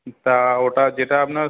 তা ওটা যেটা আপনার